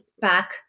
back